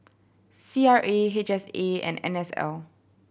C R A H S A and N S L